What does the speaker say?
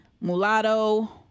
Mulatto